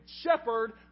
shepherd